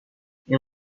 این